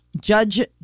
Judge